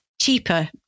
Cheaper